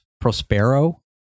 Prospero